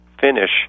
finish